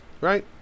Right